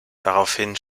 daraufhin